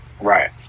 right